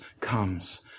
comes